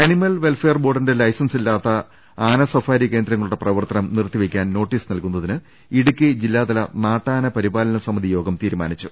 animal welfare ബോർഡിന്റെ ലൈസൻസില്ലാത്ത ആനസഫാരി കേന്ദ്രങ്ങളുടെ പ്രവർത്തനം നിർത്തിവെയ്ക്കാൻ നോട്ടീസ് നൽകുന്നതിന് ഇടുക്കി ജില്ലാതല നാട്ടാന പരിപാലന സമിതി യോഗം തീരുമാനിച്ചു